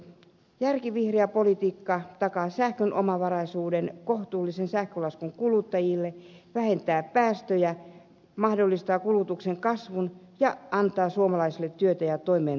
järkivihreä politiikka takaa sähkön omavaraisuuden kohtuullisen sähkölaskun kuluttajille vähentää päästöjä mahdollistaa kulutuksen kasvun ja antaa suomalaisille työtä ja toimeentuloa